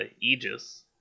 aegis